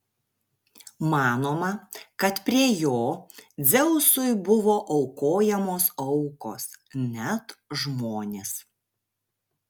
manoma kad prie jo dzeusui buvo aukojamos aukos net žmonės